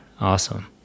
Awesome